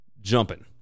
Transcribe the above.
jumping